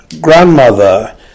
Grandmother